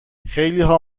خیلیها